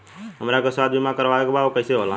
हमरा के स्वास्थ्य बीमा कराए के बा उ कईसे होला?